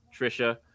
Trisha